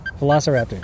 Velociraptor